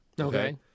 Okay